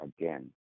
again